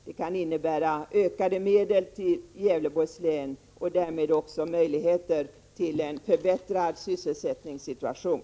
Det kan innebära ökade medel till Gävleborgs län och därmed också möjligheter till en förbättrad sysselsättningssituation.